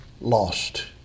lost